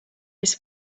his